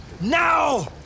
Now